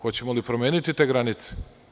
Hoćemo li promeniti te granice?